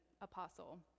apostle